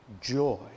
joy